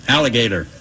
Alligator